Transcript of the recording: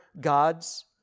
gods